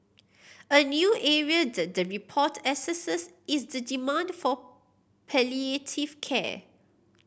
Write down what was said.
a new area that the report assesses is the demand for palliative care